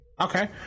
Okay